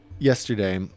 yesterday